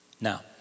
Now